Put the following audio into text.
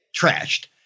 trashed